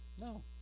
No